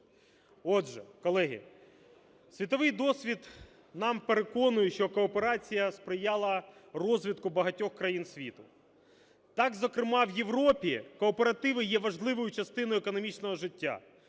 Отже, колеги, світовий досвід нас переконує, що кооперація сприяла розвитку багатьох країн світу. Так, зокрема, в Європі кооперативи є важливою частиною економічного життя.